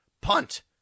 Punt